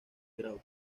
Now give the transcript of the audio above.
grau